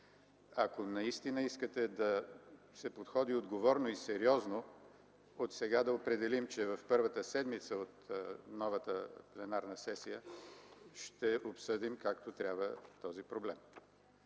Ако наистина искате да се подходи отговорно и сериозно, отсега да определим, че в първата седмица на новата пленарна сесия ще обсъдим както трябва този проблем.